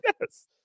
yes